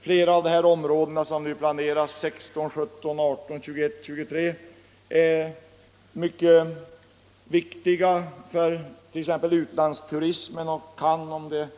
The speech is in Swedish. Flera av de områden som nu planeras, nämligen 16, 17, 18, 21 och 23, är mycket viktiga för t.ex. turismen från utlandet